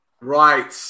Right